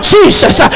Jesus